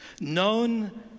known